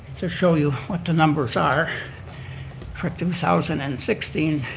to show you what the numbers are for two thousand and sixteen